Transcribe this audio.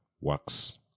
works